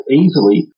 easily